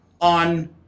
on